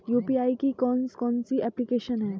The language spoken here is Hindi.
यू.पी.आई की कौन कौन सी एप्लिकेशन हैं?